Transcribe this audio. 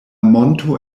monto